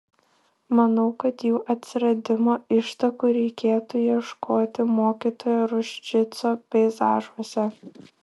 manau kad jų atsiradimo ištakų reikėtų ieškoti mokytojo ruščico peizažuose